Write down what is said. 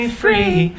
free